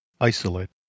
isolate